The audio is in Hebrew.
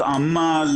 "עמל",